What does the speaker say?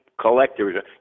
collectors